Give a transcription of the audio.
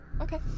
Okay